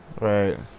Right